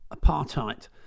Apartheid